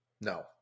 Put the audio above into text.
No